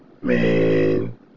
Man